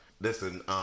Listen